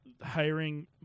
hiring